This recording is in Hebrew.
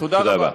תודה רבה.